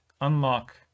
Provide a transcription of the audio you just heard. unlock